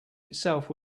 itself